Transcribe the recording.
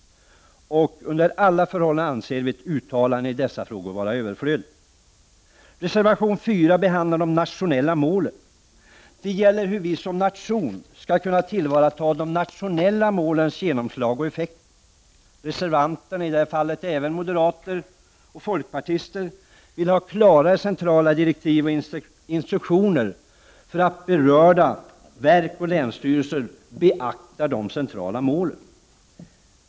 Under alla förhållanden är ett uttalande i dessa frågor överflödigt. Reservation nr 4 handlar om de nationella målen. Det gäller hur vi som nation skall kunna tillvara ta de nationella målens genomslag och effekter. Reservanterna, även i detta fall moderaterna och folkpartiet, vill ha klarare centrala direktiv och instruktioner för att berörda verk och länsstyrelser skall beakta de centrala målen.